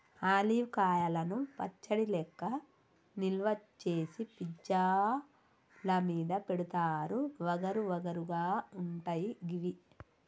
olive కాయలను పచ్చడి లెక్క నిల్వ చేసి పిజ్జా ల మీద పెడుతారు వగరు వగరు గా ఉంటయి గివి